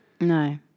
no